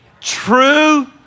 true